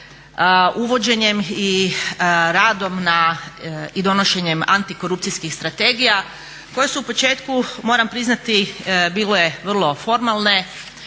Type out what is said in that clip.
uvođenjem i radom i donošenjem antikorupcijskih strategija koje su u početku moram priznati bile vrlo formalne.